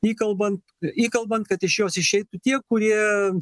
įkalbant įkalbant kad iš jos išeitų tie kurie